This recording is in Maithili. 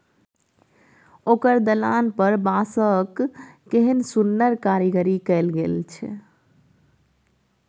ओकर दलान पर बांसक केहन सुन्नर कारीगरी कएल छै